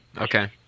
Okay